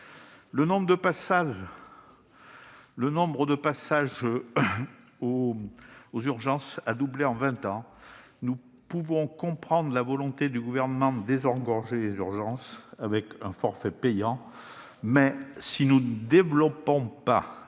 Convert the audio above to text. Le nombre de passages aux urgences a doublé en vingt ans. Nous pouvons comprendre la volonté du Gouvernement de désengorger les urgences avec un forfait payant, mais, si nous ne développons pas